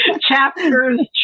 Chapters